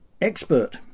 expert